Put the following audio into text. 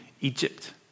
Egypt